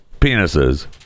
penises